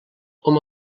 hom